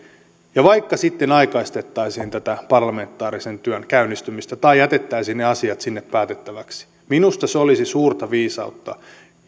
ja vaikka sitten aikaistettaisiin tätä parlamentaarisen työn käynnistymistä tai jätettäisiin ne asiat sinne päätettäväksi minusta se olisi suurta viisautta